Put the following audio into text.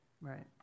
Right